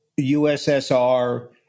USSR